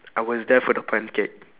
I was there for the pancake